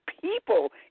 people